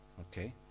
Okay